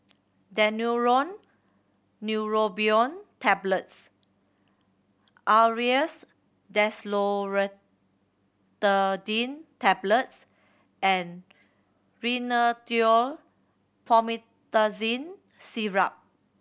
Daneuron Neurobion Tablets Aerius DesloratadineTablets and Rhinathiol Promethazine Syrup